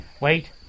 Wait